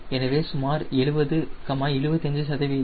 எனவே சுமார் 70 75 சதவீதம்